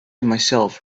myself